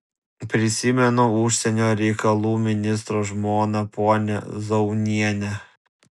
prisimenu užsienio reikalų ministro žmoną ponią zaunienę